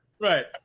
Right